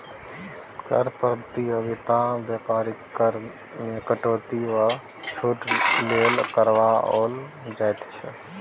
कर प्रतियोगिता बेपारीकेँ कर मे कटौती वा छूट लेल करबाओल जाइत छै